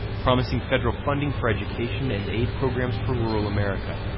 promising federal funding for education and aid programs for rural america.